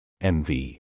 MV